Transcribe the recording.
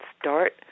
start